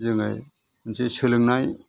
जोङो जे सोलोंनाय